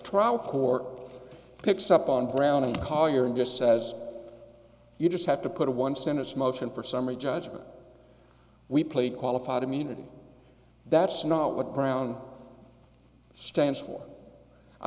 trial court picks up on brown and collier and just says you just have to put a one sentence motion for summary judgment we played qualified immunity that's not what brown stands for i